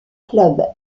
club